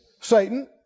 Satan